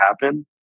happen